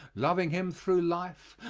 loving him through life,